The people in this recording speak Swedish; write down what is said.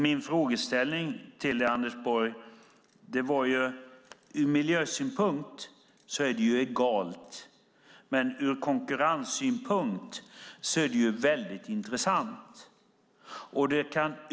Min frågeställning till dig, Anders Borg, var: Ur miljösynpunkt är det egalt, men ur konkurrenssynpunkt är det väldigt intressant.